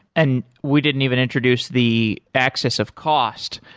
and we didn't even introduced the excess of cost,